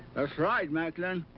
that's right, mclin.